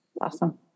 awesome